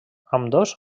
ambdós